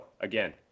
again